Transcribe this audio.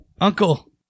Uncle